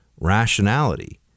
rationality